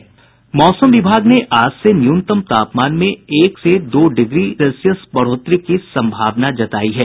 मौसम विभाग ने आज से न्यूनतम तापमान में एक से दो डिग्री बढ़ोतरी की संभावना जतायी है